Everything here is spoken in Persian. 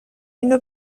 اینو